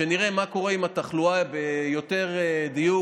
כשנראה מה קורה עם התחלואה ביתר דיוק.